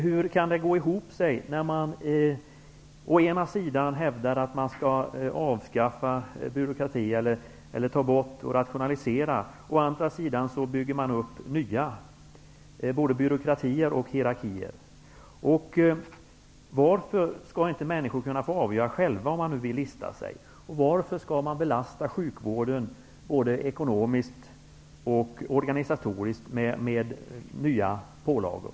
Hur kan det gå ihop att man å ena sidan hävdar att man skall avskaffa byråkrati eller ta bort och rationalisera och att man å andra sidan bygger upp både nya byråkratier och hierarkier? Varför skall inte människor själva kunna få avgöra om de vill lista sig? Varför skall man belasta sjukvården både ekonomiskt och organisatoriskt med nya pålagor?